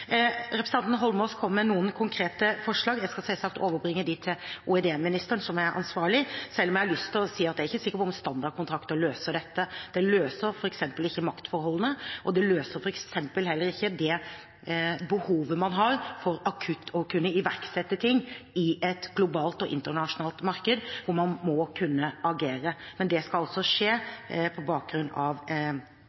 Representanten Eidsvoll Holmås kom med noen konkrete forslag. Jeg skal selvsagt overbringe dem til olje- og energiministeren, som er ansvarlig, selv om jeg har lyst til å si at jeg er ikke sikker på om standardkontrakter løser dette. Det løser f.eks. ikke maktforholdene, og det løser f.eks. heller ikke det behovet man har for akutt å kunne iverksette ting i et globalt og internasjonalt marked, hvor man må kunne agere, men det skal altså skje